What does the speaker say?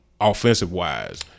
offensive-wise